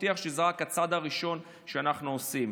מבטיח שזה רק הצעד הראשון שאנחנו עושים.